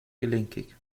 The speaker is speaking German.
gelenkig